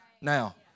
Now